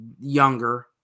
younger